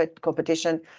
competition